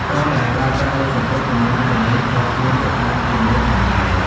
ពណ៌ដែលប្រើប្រាស់លើសំពត់ក៏មានអត្ថន័យផ្ទាល់ខ្លួនទៅតាមជំនឿផងដែរ។